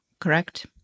correct